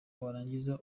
warangiza